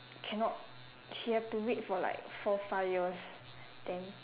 cannot she have to wait for like four five years then